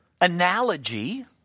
analogy